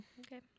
Okay